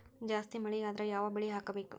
ಜಾಸ್ತಿ ಮಳಿ ಆದ್ರ ಯಾವ ಬೆಳಿ ಹಾಕಬೇಕು?